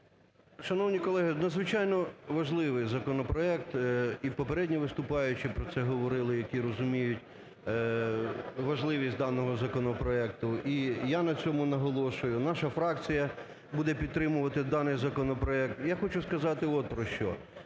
Шановні колеги, надзвичайно важливий законопроект, і попередні виступаючі про це говорили, які розуміють важливість даного законопроекту, і я на цьому наголошую, наша фракція буде підтримувати даний законопроект. Я хочу сказати от про що.